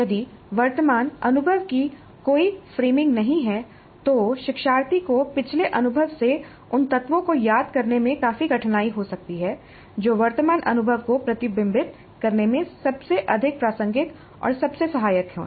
यदि वर्तमान अनुभव की कोई फ़्रेमिंग नहीं है तो शिक्षार्थी को पिछले अनुभव से उन तत्वों को याद करने में काफी कठिनाई हो सकती है जो वर्तमान अनुभव को प्रतिबिंबित करने में सबसे अधिक प्रासंगिक और सबसे सहायक हैं